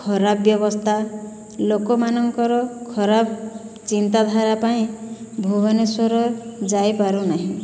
ଖରାପ ବ୍ୟବସ୍ଥା ଲୋକମାନଙ୍କର ଖରାପ ଚିନ୍ତାଧାରା ପାଇଁ ଭୁବନେଶ୍ୱର ଯାଇପାରୁନାହିଁ